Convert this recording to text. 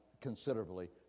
considerably